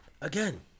Again